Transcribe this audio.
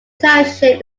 township